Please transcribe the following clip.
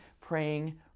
praying